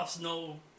No